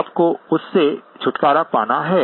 आपको उससे छुटकारा पाना है